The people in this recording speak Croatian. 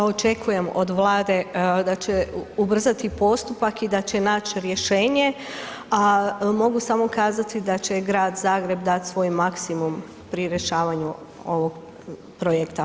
Očekujem od Vlade da će ubrzati postupak i da će nać rješenje, a mogu samo kazati da će Grad Zagreb dati svoj maksimum pri rješavanju ovog projekta.